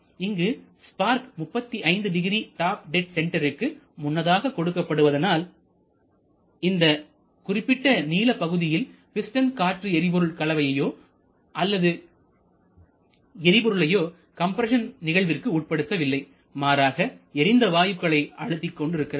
இங்கு spark 350 top dead சென்டருக்கு முன்னதாக கொடுக்கப்படுவதனால்இந்த குறிப்பிட்ட நீள பகுதியில் பிஸ்டன் காற்று எரிபொருள் கலவையையோ அல்லது எரிபொருளையோ கம்ப்ரஸன் நிகழ்விற்கு உட்படுத்தவில்லை மாறாக எரிந்த வாயுக்களை அழுத்திக் கொண்டிருக்கிறது